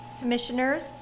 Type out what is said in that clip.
Commissioners